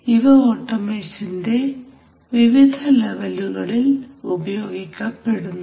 ഇവ ഓട്ടോമേഷന്റെ വിവിധ ലെവലുകളിൽ ഉപയോഗിക്കപ്പെടുന്നു